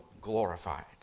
glorified